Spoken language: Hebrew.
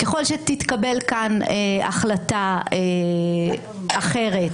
ככל שתתקבל כאן החלטה אחרת,